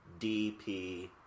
DP